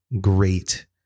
great